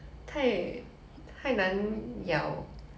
mm okay I think